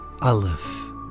Aleph